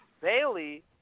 Bailey